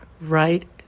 right